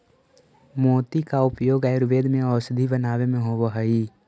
मोती का उपयोग आयुर्वेद में औषधि बनावे में होवअ हई